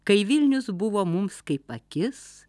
kai vilnius buvo mums kaip akis